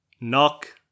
knock